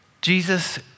Jesus